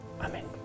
Amen